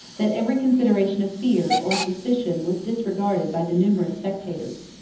that every consideration of fear, or suspicion, was disregarded by the numerous spectators.